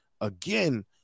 again